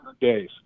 days